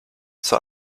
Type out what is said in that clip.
zur